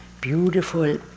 beautiful